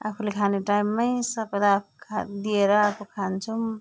आफूले खाने टाइममै सबैलाई खा दिएर आफू खान्छौँ